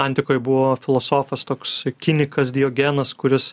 antikoj buvo filosofas toks kinikas diogenas kuris